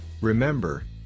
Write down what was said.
Remember